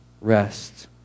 rest